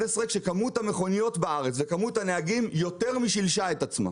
כשכמות המכוניות בארץ וכמות הנהגים יותר משילשה את עצמה.